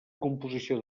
composició